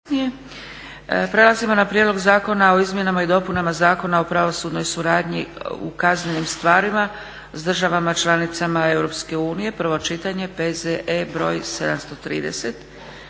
zakona, Prijedlog zakona o izmjenama i dopunama Zakona o pravosudnoj suradnji u kaznnim stvarima s državama članicama Europske unije. Posebno i